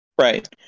right